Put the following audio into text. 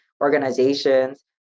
organizations